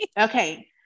Okay